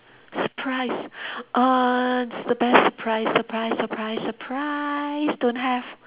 surprise err the best surprise surprise surprise surprise don't have